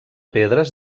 pedres